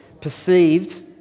perceived